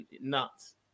Nuts